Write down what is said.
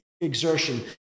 exertion